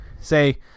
say